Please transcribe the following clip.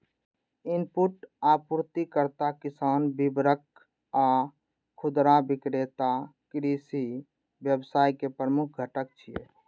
input आपूर्तिकर्ता, किसान, वितरक आ खुदरा विक्रेता कृषि व्यवसाय के प्रमुख घटक छियै